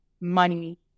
money